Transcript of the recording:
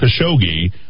Khashoggi